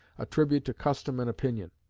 a tribute to custom and opinion.